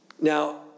Now